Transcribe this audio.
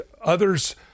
others